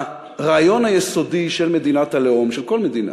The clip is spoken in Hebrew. הרעיון היסודי של מדינת הלאום, של כל מדינה,